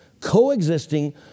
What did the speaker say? coexisting